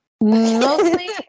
Mostly